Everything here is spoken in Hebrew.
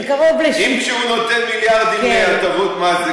אם כשהוא נותן מיליארדים להטבות מס זה כחלון,